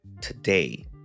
today